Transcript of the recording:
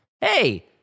hey